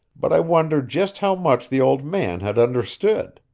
but i wondered just how much the old man had understood.